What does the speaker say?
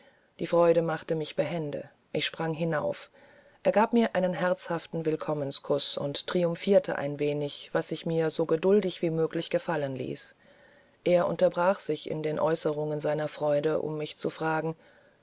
die freude machte mich behende ich sprang hinauf er gab mir einen herzhaften willkommenkuß und triumphierte ein wenig was ich mir so geduldig wie möglich gefallen ließ er unterbrach sich in den äußerungen seiner freude um mich zu fragen